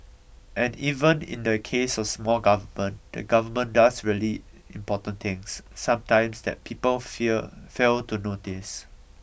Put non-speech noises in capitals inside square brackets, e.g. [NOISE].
and even in the case of small government the government does really important things sometimes that people [UNINTELLIGIBLE] fail to notice